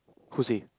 who say